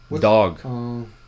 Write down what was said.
Dog